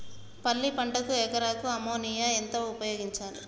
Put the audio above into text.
పల్లి పంటకు ఎకరాకు అమోనియా ఎంత ఉపయోగించాలి?